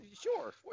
Sure